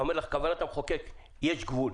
אני אומר לך, כוונת המחוקק: יש גבול.